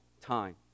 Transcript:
time